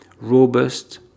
robust